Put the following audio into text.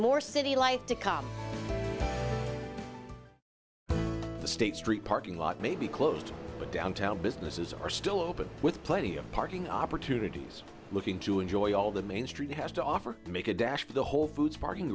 more city life because the state street parking lot may be closed but downtown businesses are still open with plenty of parking opportunities looking to enjoy all the main street has to offer to make a dash for the whole foods parking